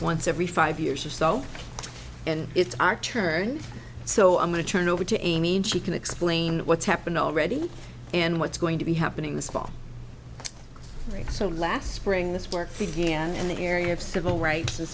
once every five years or so and it's our turn so i'm going to turn over to a mean she can explain what's happened already and what's going to be happening this fall so last spring this work began in the area of civil rights and